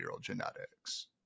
genetics